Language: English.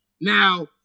Now